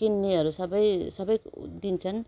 किन्नेहरू सबै सबै दिन्छन्